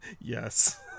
Yes